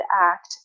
act